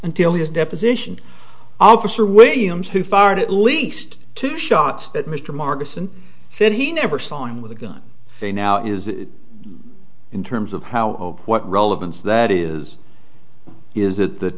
until his deposition officer williams who fired at least two shots that mr marcus and said he never saw him with a gun they now is in terms of how what relevance that is is that